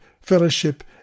fellowship